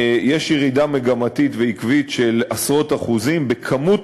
יש ירידה מגמתית ועקבית של עשרות אחוזים בכמות